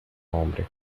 hombre